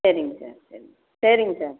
சரிங்க சார் சரி சரிங் சார்